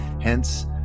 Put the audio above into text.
hence